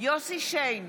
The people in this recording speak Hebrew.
יוסף שיין,